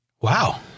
Wow